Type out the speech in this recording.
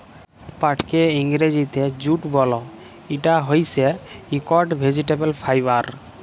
পাটকে ইংরজিতে জুট বল, ইটা হইসে একট ভেজিটেবল ফাইবার